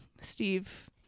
Steve